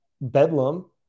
bedlam